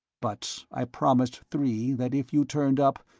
but i promised three that if you turned up,